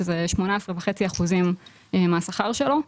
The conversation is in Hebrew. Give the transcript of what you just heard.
שזה 18.5% מהשכר שלו.